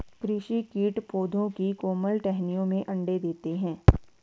कृषि कीट पौधों की कोमल टहनियों में अंडे देते है